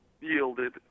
yielded